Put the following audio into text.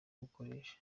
gukoresha